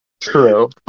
True